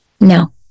No